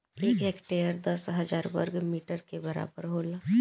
एक हेक्टेयर दस हजार वर्ग मीटर के बराबर होला